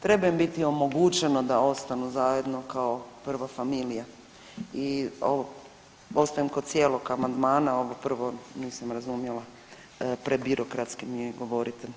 Treba im biti omogućeno da ostanu zajedno kao prvo familija i ostajem kod cijelog amandmana, ovo prvo nisam razumjela, prebirokratski mi govorite.